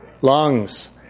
Lungs